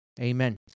Amen